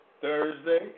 Thursday